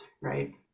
right